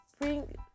bring